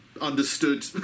understood